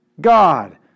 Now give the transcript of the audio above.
God